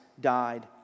died